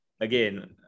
again